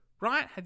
right